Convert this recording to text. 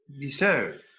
deserve